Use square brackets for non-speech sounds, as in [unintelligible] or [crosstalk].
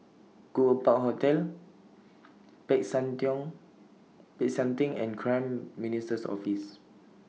Goodwood Park Hotel Peck San [unintelligible] Peck San Theng and Prime Minister's Office